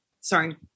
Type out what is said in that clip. Sorry